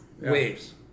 waves